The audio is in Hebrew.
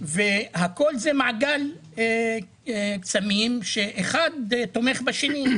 הכול זה מעגל קסמים שאחד תומך בשני.